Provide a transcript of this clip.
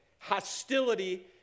Hostility